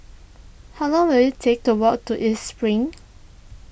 how long will it take to walk to East Spring